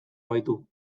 baitu